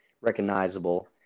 recognizable